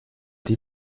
die